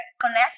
connect